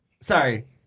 sorry